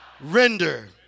render